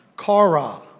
Kara